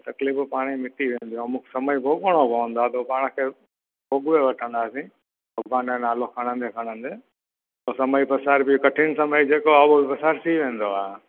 तकलीफ़ूं पाणे मिटी वेंदियूं अमुक समय भोॻणो पवंदो आहे पोइ पाण खे भोगवे वठंदासीं भॻवान जो नालो खणंदे खणंदे समय पसार बि कठिन समय जेको आहे उहो बि पसार थी वेंदो आहे